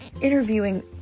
interviewing